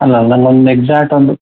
ಅಲ್ಲಲ್ಲ ಒಂದು ಎಕ್ಸಾಕ್ಟ್ ಒಂದು